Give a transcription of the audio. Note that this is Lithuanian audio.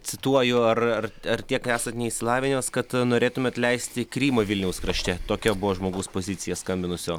cituoju ar ar ar tiek esat neišsilavinęs kad norėtumėt leisti krymą vilniaus krašte tokia buvo žmogaus pozicija skambinusio